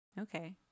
Okay